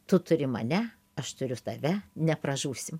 tu turi mane aš turiu tave nepražūsim